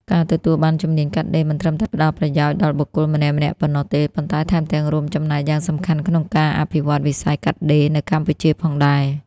ការទទួលបានជំនាញកាត់ដេរមិនត្រឹមតែផ្តល់ប្រយោជន៍ដល់បុគ្គលម្នាក់ៗប៉ុណ្ណោះទេ ប៉ុន្តែថែមទាំងរួមចំណែកយ៉ាងសំខាន់ក្នុងការ អភិវឌ្ឍវិស័យកាត់ដេរ នៅកម្ពុជាផងដែរ។